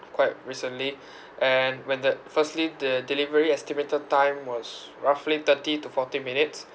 quite recently and when the firstly the delivery estimated time was roughly thirty to forty minutes